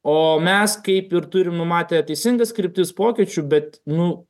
o mes kaip ir turim numatę teisingas kryptis pokyčių bet nu